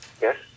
yes